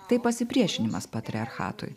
tai pasipriešinimas patriarchatui